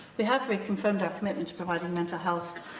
we have reconfimed our commitment to providing mental health,